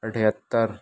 اٹھہتر